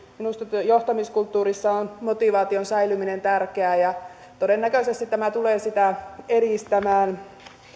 minusta johtamiskulttuurissa on motivaation säilyminen tärkeää ja todennäköisesti tämä tulee sitä edistämään